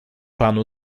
panu